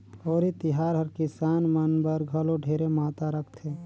होरी तिहार हर किसान मन बर घलो ढेरे महत्ता रखथे